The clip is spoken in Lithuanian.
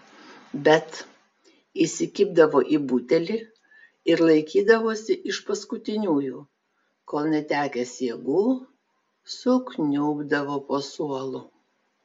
bet įsikibdavo į butelį ir laikydavosi iš paskutiniųjų kol netekęs jėgų sukniubdavo po suolu